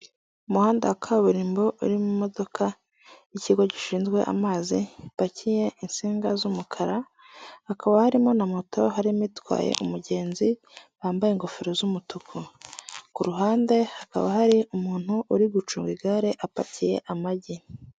Umuhanda wa kaburimbo urimo imodoka y'ikigo gishinzwe amazi, yapakiye insinga z'umukara, hakaba harimo na moto; harimo itwaye umugenzi wambaye ingofero z'umutuku, ku ruhande hakaba hari umuntu uri gucunga igare apakiye amagi.